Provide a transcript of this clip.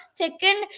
second